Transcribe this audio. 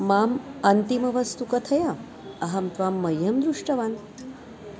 माम् अन्तिमवस्तुः कथय अहं त्वां मह्यं दृष्टवान्